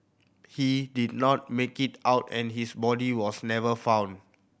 he did not make it out and his body was never found